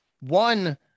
one